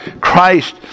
Christ